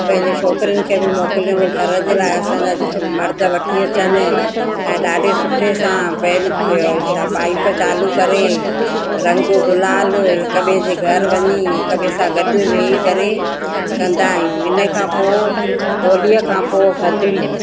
पहिले छोकिरियुनि खे बि मोकिलियो घर जे लाइ असांजा मर्द वठी अचनि ऐं ॾाढे सुठे सां पहिरों इहो छा पाइप चालू करे रंग गुलाल हिकु ॿिए जे घर वञी हिकु ॿिए सां गॾु वेही करे कंदा आहियूं हिन खां पोइ होलीअ खां पोइ थधिड़ी